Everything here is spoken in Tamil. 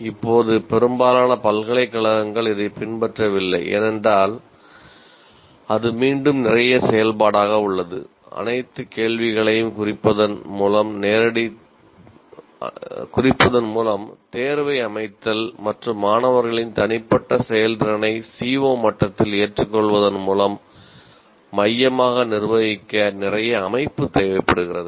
இப்போது பெரும்பாலான பல்கலைக்கழகங்கள் இதைப் பின்பற்றவில்லை ஏனென்றால் அது மீண்டும் நிறைய செயல்பாடாக உள்ளது அனைத்து கேள்விகளையும் குறிப்பதன் மூலம் தேர்வை அமைத்தல் மற்றும் மாணவர்களின் தனிப்பட்ட செயல்திறனைக் CO மட்டத்தில் ஏற்றுக்கொள்வதன் மூலம் மையமாக நிர்வகிக்க நிறைய அமைப்பு தேவைப்படுகிறது